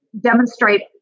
demonstrate